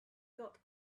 got